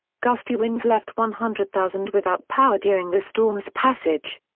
gusty winds left one hundred thousand without power during the storm's passage.